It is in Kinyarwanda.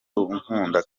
unkunda